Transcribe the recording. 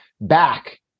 back